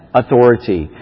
authority